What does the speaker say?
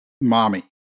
Mommy